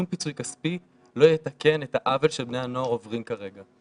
שום פיצוי כספי לא יתקן את העוול שבני הנוער עוברים כרגע.